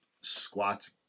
squats